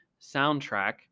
soundtrack